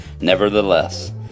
Nevertheless